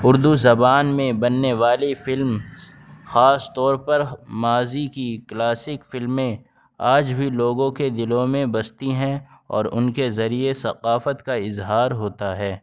اردو زبان میں بننے والی فلم خاص طور پر ماضی کی کلاسک فلمیں آج بھی لوگوں کے دلوں میں بستی ہیں اور ان کے ذریعے ثقافت کا اظہار ہوتا ہے